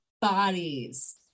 bodies